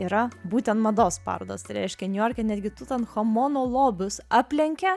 yra būtent mados parodos tai reiškia niujorke netgi tutanchamono lobius aplenkia